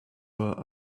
were